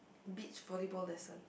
beach volleyball lessons